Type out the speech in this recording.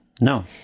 No